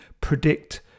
predict